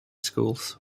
schools